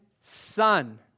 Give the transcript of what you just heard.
Son